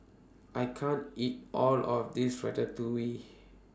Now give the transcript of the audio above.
I can't eat All of This Ratatouille